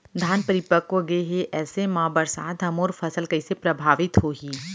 धान परिपक्व गेहे ऐसे म बरसात ह मोर फसल कइसे प्रभावित होही?